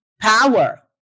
power